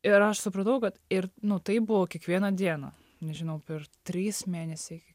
ir aš supratau kad ir nu taip buvo kiekvieną dieną nežinau per trys mėnesiai